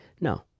No